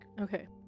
Okay